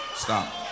stop